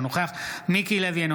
אינו נוכח מיקי לוי,